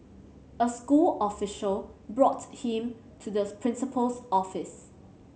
a school official brought him to this principal's office